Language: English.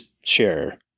share